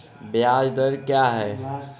ब्याज दर क्या है?